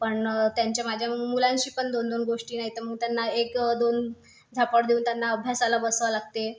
पण त्यांच्या माझ्या म्हणून मुलांशी पण दोनदोन गोष्टी नाही तर मग त्यांना एकदोन झापड देऊन त्यांना अभ्यासाला बसवा लागते